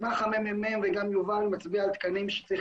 מסמך הממ"מ וגם יובל מצביע על תקנים שצריך